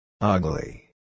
Ugly